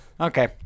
okay